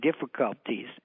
difficulties